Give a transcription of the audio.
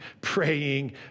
praying